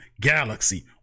galaxy